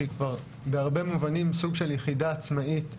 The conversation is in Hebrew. שהיא כבר בהרבה מובנים סוג של יחידה עצמאית.